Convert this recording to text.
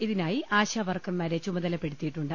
ഇതിനായി ആശാവർക്കർമാരെ ചുമതല പ്പെടുത്തിയിട്ടുണ്ട്